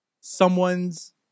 Someone's